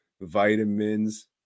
vitamins